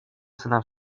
syna